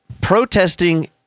protesting